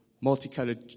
multicolored